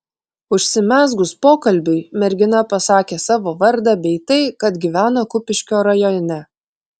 užsimezgus pokalbiui mergina pasakė savo vardą bei tai kad gyvena kupiškio rajone